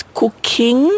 cooking